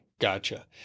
gotcha